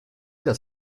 das